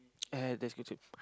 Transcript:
yeah that's good too